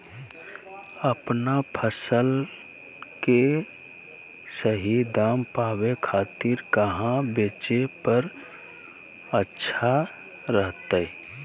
अपन फसल के सही दाम पावे खातिर कहां बेचे पर अच्छा रहतय?